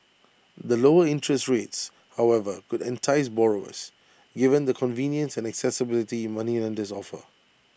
the lower interests rates however could entice borrowers given the convenience and accessibility moneylenders offer